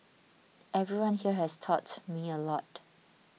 everyone here has taught me a lot